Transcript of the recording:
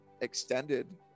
extended